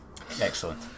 excellent